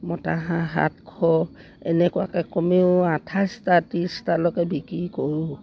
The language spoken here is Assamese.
মতা হাঁহ সাতশ এনেকুৱাকৈ কমেও আঠাইছটা ত্ৰিছটালৈকে বিক্ৰী কৰোঁ